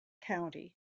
county